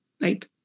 right